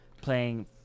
playing